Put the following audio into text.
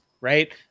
right